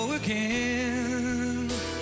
again